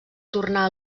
tornà